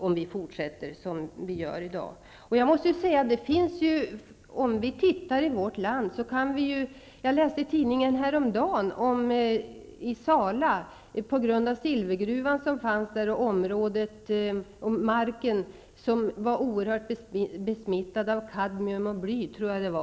Jag läste i tidningen häromdagen om Sala och att marken kring silvergruvan var oerhört besmittat av kadmium och bly, tror jag att det var.